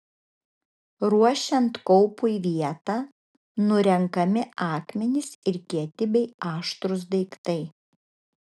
ruošiant kaupui vietą nurenkami akmenys ir kieti bei aštrūs daiktai